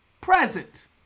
present